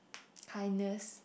kindness